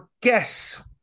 guess